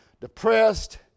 depressed